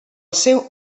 seu